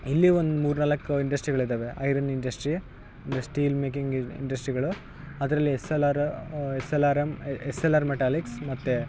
ಇಲ್ಲಿ ಒಂದು ಮೂರು ನಾಲ್ಕು ಇಂಡಸ್ಟ್ರಿಗಳಿದಾವೆ ಐರನ್ ಇಂಡಸ್ಟ್ರಿ ಸ್ಟೀಲ್ ಮೇಕಿಂಗ್ ಇಂಡ್ ಇಂಡಸ್ಟ್ರಿಗಳು ಅದರಲ್ಲಿ S L R S L R M S L R metallics